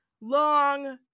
long